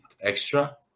extra